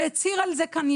והצהיר על זה כאן.